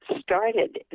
started